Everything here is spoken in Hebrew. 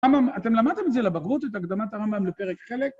אתם למדתם את זה לבגרות, את הקדמת הרמב״ם לפרק חלק.